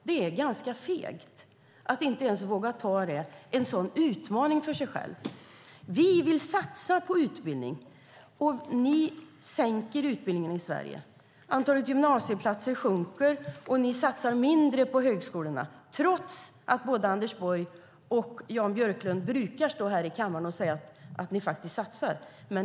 Det är ganska fegt att inte ens våga ta en sådan utmaning för sig själv. Vi vill satsa på utbildning. Ni sänker utbildningen i Sverige. Antalet gymnasieplatser sjunker. Ni satsar mindre på högskolorna trots att både Anders Borg och Jan Björklund brukar stå här i kammaren och säga att ni satsar.